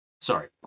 Sorry